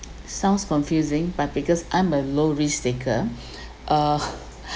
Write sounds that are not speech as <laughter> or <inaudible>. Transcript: sounds confusing but because I'm a low risk taker <breath> uh <breath>